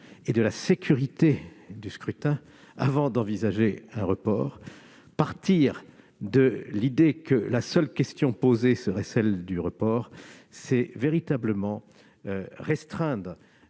et à la sécurité du scrutin avant d'envisager un report. Partir de l'idée que la seule question posée serait celle du report revient à restreindre